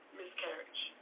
miscarriage